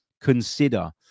consider